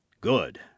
good